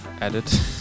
edit